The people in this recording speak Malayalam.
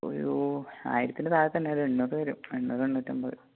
ഒരൂ ആയിരത്തിൻ്റെ താഴെതന്നെ ഒരു എണ്ണൂറ് വരും എണ്ണൂറ് എണ്ണൂറ്റമ്പത്